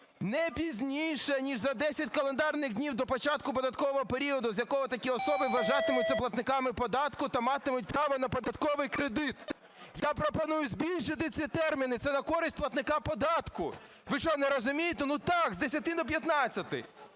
не пізніше, ніж за 10 календарних днів до початку податкового періоду, з якого такі особи вважатимуться платниками податку та матимуть право на податковий кредит". Я пропоную збільшити ці терміни, це на користь платника податку. Ви що, не розумієте? Ну так, з 10 до 15.